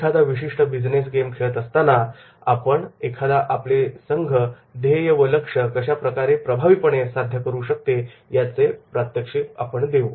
एखादा विशिष्ट business game खेळत असताना एखादा संघ आपले ध्येय व लक्ष कशा प्रकारे प्रभावीपणे साध्य करू शकते याचे प्रात्यक्षिक आपण देऊ